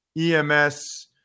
EMS